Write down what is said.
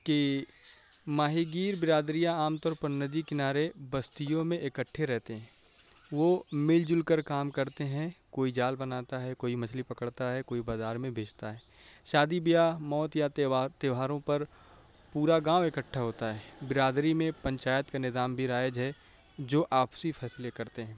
کہ ماہی گیر برادریاں عام طور پر ندی کنارے بستیوں میں اکٹھے رہتے ہیں وہ مل جل کر کام کرتے ہیں کوئی جال بناتا ہے کوئی مچھلی پکڑتا ہے کوئی بازار میں بیچتا ہے شادی بیاہ موت یا تہوار تیوہاروں پر پورا گاؤں اکٹھا ہوتا ہے برادری میں پنچایت کا نظام بھی رائج ہے جو آپسی فیصلے کرتے ہیں